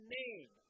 name